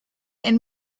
and